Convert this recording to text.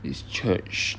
his church